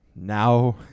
Now